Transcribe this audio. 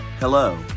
Hello